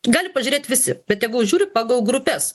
gali pažiūrėt visi bet tegul žiūri pagal grupes